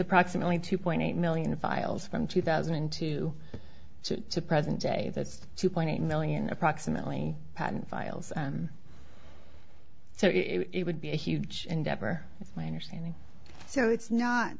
approximately two point eight million files from two thousand and two to present day that's two point eight million approximately patent files so it would be a huge endeavor my understanding so it's not